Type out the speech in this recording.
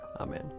Amen